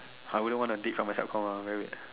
I wouldn't want to date from my sub comm ah very weird